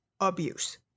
abuse